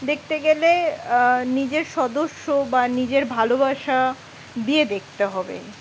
দেখতে গেলে নিজের সদস্য বা নিজের ভালোবাসা দিয়ে দেখতে হবে